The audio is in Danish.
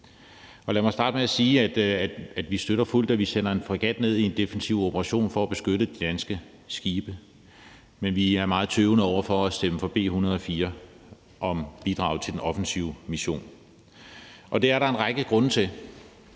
Lad mig dernæst sige, at vi fuldt ud støtter, at vi sender en fregat ned til en defensiv operation for at beskytte danske skibe, men vi er meget tøvende over for at stemme for B 104 om bidrag til den offensive mission. Det er der en række grunde til.